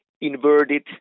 inverted